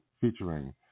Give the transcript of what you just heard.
featuring